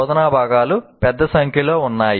బోధనా భాగాలు పెద్ద సంఖ్యలో ఉన్నాయి